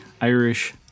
Irish